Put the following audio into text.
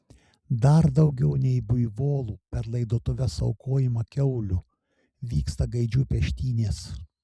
dar daugiau nei buivolų per laidotuves aukojama kiaulių vyksta gaidžių peštynės